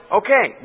okay